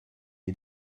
est